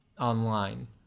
online